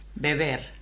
beber